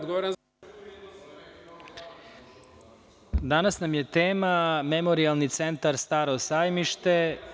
Danas nam je tema Memorijalni centar "Staro sajmište"